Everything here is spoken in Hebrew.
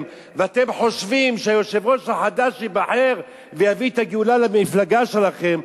ואתם חושבים שהיושב-ראש החדש שייבחר יביא גאולה למפלגה שלכם,